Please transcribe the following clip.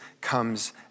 comes